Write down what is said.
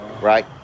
Right